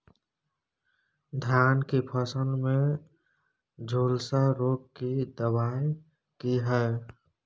धान की फसल में झुलसा रोग की दबाय की हय?